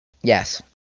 Yes